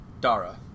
Dara